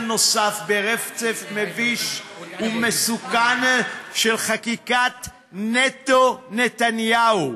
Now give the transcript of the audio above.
נוסף ברצף מביש ומסוכן של חקיקת נטו נתניהו.